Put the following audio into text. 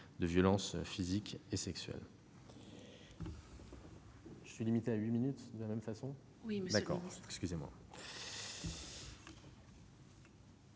de violences physiques et sexuelles.